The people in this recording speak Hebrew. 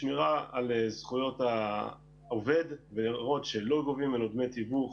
שמירה על זכויות העובד ולראות שלא גובים דמי תיווך